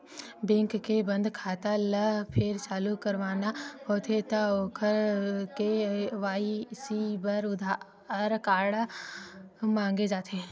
bank के बंद खाता ल फेर चालू करवाना होथे त ओखर के.वाई.सी बर आधार कारड मांगे जाथे